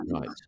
right